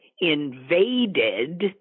invaded